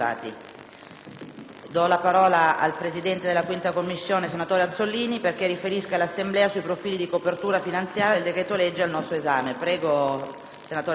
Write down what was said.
Do la parola al presidente della 5a Commissione, senatore Azzollini, perché riferisca all'Assemblea sui profili di copertura finanziaria del decreto-legge al nostro esame.